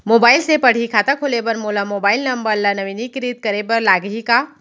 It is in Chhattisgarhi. मोबाइल से पड़ही खाता खोले बर मोला मोबाइल नंबर ल नवीनीकृत करे बर लागही का?